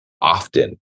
often